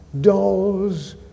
Dolls